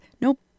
Nope